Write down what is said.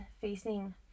facing